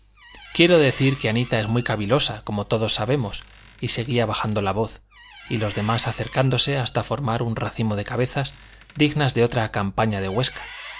quiero decir que anita es muy cavilosa como todos sabemos y seguía bajando la voz y los demás acercándose hasta formar un racimo de cabezas dignas de otra campana de